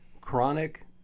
chronic